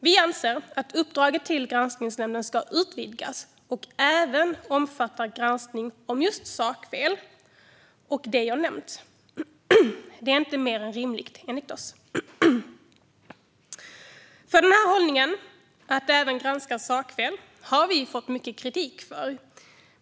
Vi anser att uppdraget till granskningsnämnden ska utvidgas och även omfatta granskning av just sakfel och det jag nämnt. Detta är inte mer än rimligt, enligt oss. För denna hållning, att även sakfel bör granskas, har vi fått mycket kritik.